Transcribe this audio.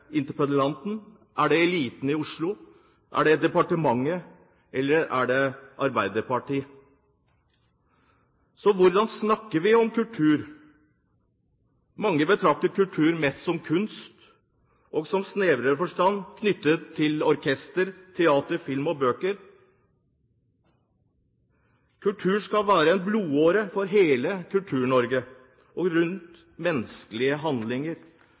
interpellanten? Er det eliten i Oslo? Er det departementet, eller er det Arbeiderpartiet? Hvordan snakker vi om kultur? Mange betrakter kultur mest som kunst og som i snevrere forstand er knyttet til orkester, teater, film og bøker. Kultur skal være en blodåre for hele Kultur-Norge og rundt menneskelige handlinger,